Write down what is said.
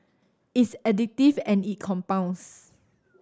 it's additive and it compounds